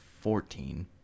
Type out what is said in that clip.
fourteen